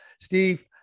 Steve